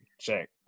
Check